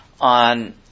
on